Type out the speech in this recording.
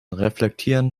reflektieren